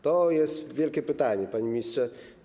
To jest wielkie pytanie, panie ministrze.